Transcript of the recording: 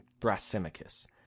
Thrasymachus